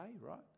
right